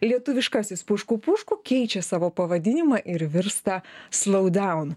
lietuviškasis pušku pušku keičia savo pavadinimą ir virsta slowdown